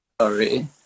sorry